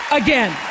again